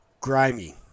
grimy